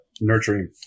nurturing